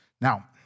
Now